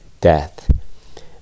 death